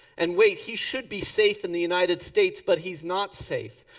and wait, he should be safe in the united states but he's not safe.